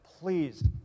please